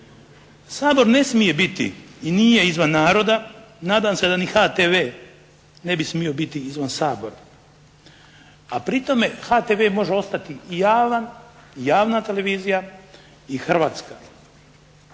Sabor ne smije biti i nije izvan naroda. Nadam se da i HTV ne bi smio biti izvan Sabora, a pri tome HTV može ostati i javan, i javna televizija i Hrvatska.